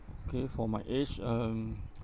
okay for my age um